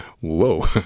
whoa